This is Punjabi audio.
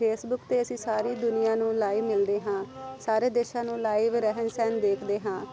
ਫੇਸਬੁੱਕ 'ਤੇ ਅਸੀਂ ਸਾਰੀ ਦੁਨੀਆ ਨੂੰ ਲਾਈਵ ਮਿਲਦੇ ਹਾਂ ਸਾਰੇ ਦੇਸ਼ਾਂ ਨੂੰ ਲਾਈਵ ਰਹਿਣ ਸਹਿਣ ਦੇਖਦੇ ਹਾਂ